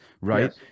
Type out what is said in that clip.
right